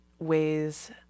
Ways